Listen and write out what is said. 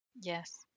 Yes